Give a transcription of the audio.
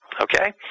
okay